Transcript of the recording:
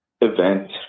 event